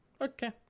Okay